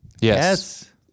Yes